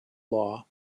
law